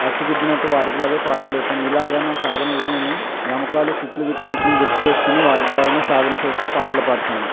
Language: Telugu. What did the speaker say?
అచ్చుగుద్దినట్టు వారికిలాగే పాడగలుగుతాము ఇలాగా నా సాధనలో నేను గమకాలు శృతులు వీటన్నింటినీ గుర్తు చేసుకొని వాటి ద్వారానే సాధన చేస్తూ పాటలు పాడతాను